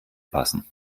passen